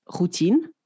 routine